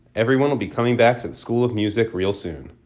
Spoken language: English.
everyone will be coming back to the school of music real soon.